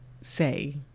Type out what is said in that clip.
say